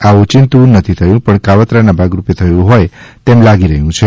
આ ઓચિન્તું નથી થયું પણ કાવત્રાના ભાગ રૂપે થયું હોય તેમ લાગી રહ્યું છે